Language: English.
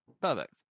perfect